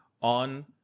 on